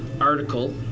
article